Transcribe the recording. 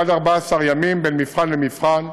ועד 14 ימים בין מבחן למבחן,